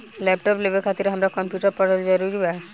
Laptop लेवे खातिर हमरा कम्प्युटर पढ़ल जरूरी बा?